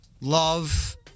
Love